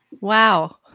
Wow